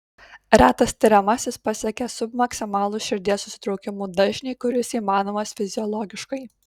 retas tiriamasis pasiekia submaksimalų širdies susitraukimų dažnį kuris įmanomas fiziologiškai